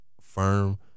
firm